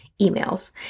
emails